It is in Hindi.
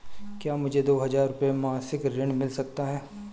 क्या मुझे दो हज़ार रुपये मासिक ऋण मिल सकता है?